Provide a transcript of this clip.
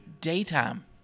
Daytime